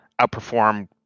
outperform